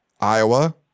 Iowa